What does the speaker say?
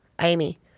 Amy